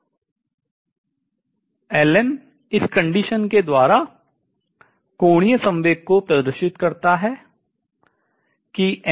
n इस condition शर्त के द्वारा कोणीय संवेग को प्रदर्शित करता है कि है